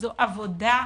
זו עבודה קשה,